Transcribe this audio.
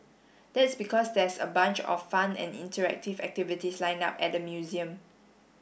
that's because there's a bunch of fun and interactive activities lined up at the museum